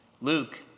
Luke